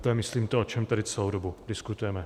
A to je, myslím, to, o čem tady celou dobu diskutujeme.